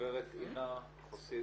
עד לביצוע רציתי